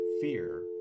fear